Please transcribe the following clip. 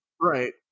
Right